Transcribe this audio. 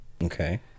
Okay